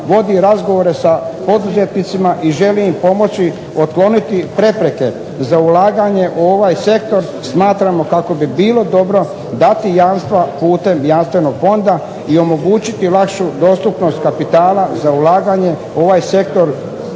vodi razgovore sa poduzetnicima i želi im pomoći otkloniti prepreke za ulaganje u ovaj sektor smatramo kako bi bilo dobro dati jamstva putem Jamstvenog fonda i omogućiti lakšu dostupnost kapitala za ulaganje u ovaj sektor